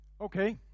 Okay